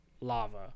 lava